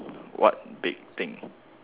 what big thing